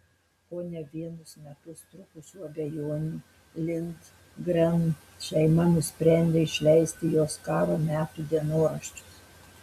po ne vienus metus trukusių abejonių lindgren šeima nusprendė išleisti jos karo metų dienoraščius